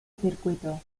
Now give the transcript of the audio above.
circuito